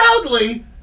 proudly